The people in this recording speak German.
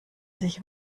sich